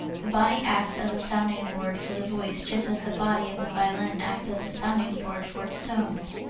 the body acts as a sounding board for the voice just as the body of the violin acts as a sounding board for its tones.